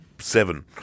Seven